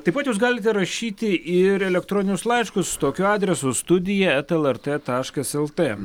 taip pat jūs galite rašyti ir elektroninius laiškus tokiu adresu studija eta lrt taškas lt